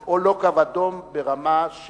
אם זה קו אדום או לא קו אדום ברמה של